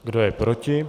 Kdo je proti?